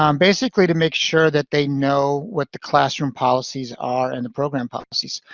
um basically to make sure that they know what the classroom policies are and the program policies.